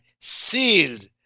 sealed